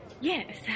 Yes